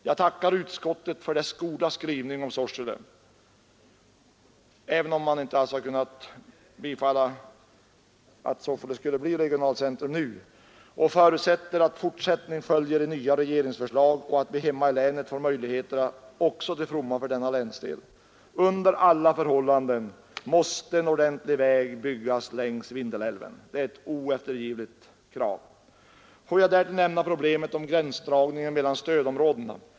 Jag tackar utskottet för dess goda skrivning om Sorsele, även om det inte har kunnat tillstyrka att Sorsele nu skall bli regionalt centrum, och förutsätter att fortsättning följer i andra regeringsförslag och att vi hemma i länet får nya möjligheter till fromma för denna länsdel. Under alla förhållanden måste en ordentlig väg byggas längs Vindelälven. Det är ett oeftergivligt krav. Får jag därtill nämna problemet med gränsdragningen mellan stödområdena.